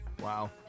Wow